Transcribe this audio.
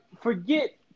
forget